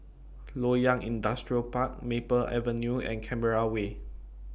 Loyang Industrial Park Maple Avenue and Canberra Way